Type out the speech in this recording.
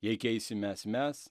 jei keisimės mes